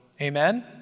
Amen